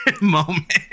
Moment